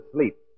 Sleep